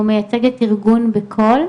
הוא מייצג את ארגון בקול.